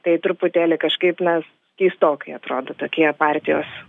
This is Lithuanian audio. tai truputėlį kažkaip na keistokai atrodo tokie partijos